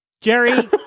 Jerry